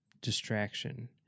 distraction